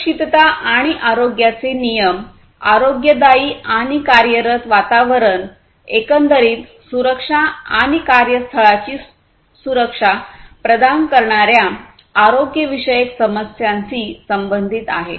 सुरक्षितता आणि आरोग्याचे नियम आरोग्यदायी आणि कार्यरत वातावरण एकंदरीत सुरक्षा आणि कार्य स्थळाची सुरक्षा प्रदान करणार्या आरोग्य विषयक समस्यांशी संबंधित आहे